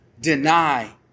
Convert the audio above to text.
deny